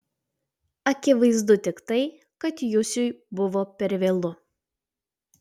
akivaizdu tik tai kad jusiui buvo per vėlu